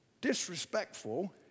disrespectful